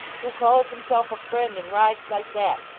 who calls himself a friend and rides like that,